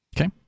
Okay